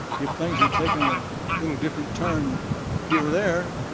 if things had taken a little different turn here or there